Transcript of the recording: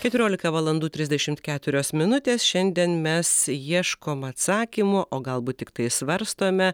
keturiolika valandų trisdešimt keturios minutės šiandien mes ieškom atsakymo o galbūt tiktai svarstome